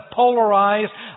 polarized